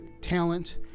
talent